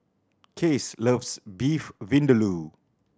Case loves Beef Vindaloo